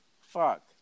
fuck